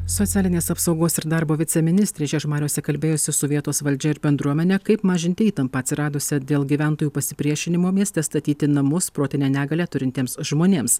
socialinės apsaugos ir darbo viceministrė žiežmariuose kalbėjosi su vietos valdžia ir bendruomene kaip mažinti įtampą atsiradusią dėl gyventojų pasipriešinimo mieste statyti namus protinę negalią turintiems žmonėms